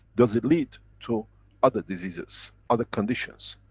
does it lead to other diseases, other conditions?